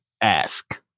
ask